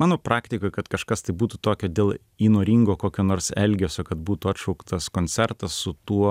mano praktikoj kad kažkas tai būtų tokio dėl įnoringo kokio nors elgesio kad būtų atšauktas koncertas su tuo